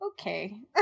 okay